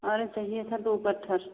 अरे चाहिए था दो गट्ठर